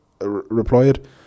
replied